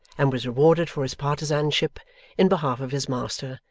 and was rewarded for his partizanship in behalf of his master,